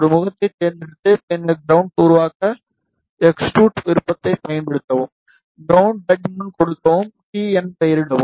ஒரு முகத்தைத் தேர்ந்தெடுத்து பின்னர் கிரவுண்ட் உருவாக்க எக்ஸ்ட்ரூட் விருப்பத்தைப் பயன்படுத்தவும் கிரவுண்ட் தடிமன் கொடுக்கவும் t என பெயரிடவும்